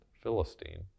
Philistine